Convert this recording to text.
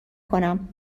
کنم